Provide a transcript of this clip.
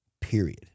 period